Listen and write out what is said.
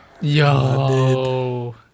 Yo